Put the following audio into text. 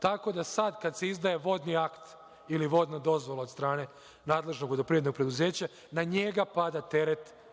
tako da sada kada se izdaje vodni akt ili vodna dozvola od strane nadležnog vodoprivrednog preduzeća, na njega pada teret,